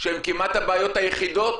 שהן כמעט הבעיות היחידות